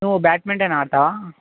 నువ్వు బ్యాట్మెంటన్ ఆడుతావా